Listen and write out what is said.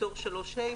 בתור (3)(ה),